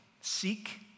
seek